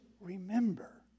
remember